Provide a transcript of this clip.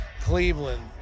Cleveland